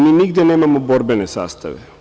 Mi nigde nemamo borbene sastave.